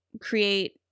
create